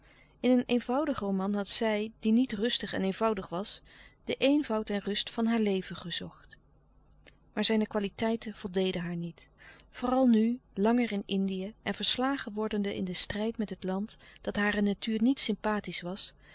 in een eenvoudigen roman had zij die niet rustig en eenvoudig was den eenvoud en rust van haar leven gezocht maar zijne kwaliteiten voldeden haar niet vooral nu langer in indië en verslagen wordende in den strijd met het land dat hare natuur niet sympathisch was